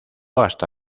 hasta